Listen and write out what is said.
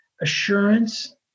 assurance